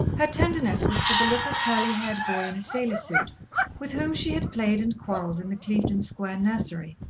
her tenderness was for the little, curly-haired boy in a sailor suit with whom she had played and quarrelled in the clevedon square nursery,